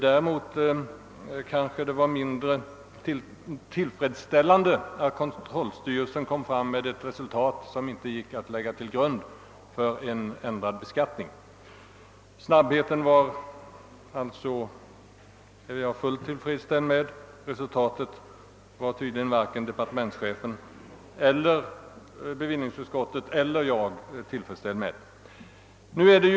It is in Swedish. Däremot är det mindre tillfredsställande att kontrollstyrelsen presenterat ett resultat som inte gick att lägga till grund för en ändrad beskattning. Snabbheten är jag alltså fullt nöjd med, men varken departementschefen, bevillningsutskottet eller jag är nöjda med resultatet.